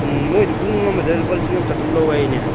ꯎꯝ ꯃꯣꯏꯗꯣ ꯄꯨꯡ ꯑꯃꯗ ꯂꯨꯄꯥ ꯂꯤꯁꯤꯡ ꯑꯃ ꯆꯥꯇ꯭ꯔꯨꯛ ꯂꯧꯋꯦ ꯍꯥꯏꯅꯦ